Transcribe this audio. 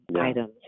items